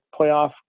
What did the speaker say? playoff